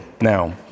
Now